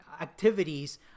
activities